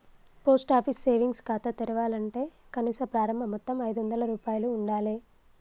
post office savings ఖాతా తెరవాలంటే కనీస ప్రారంభ మొత్తం ఐదొందల రూపాయలు ఉండాలె